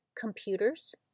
computers